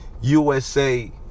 USA